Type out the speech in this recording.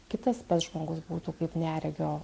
kitas pats žmogus būtų kaip neregio